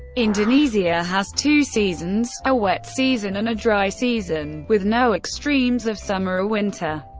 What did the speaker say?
indonesia has two seasons a wet season and a dry season with no extremes of summer or winter.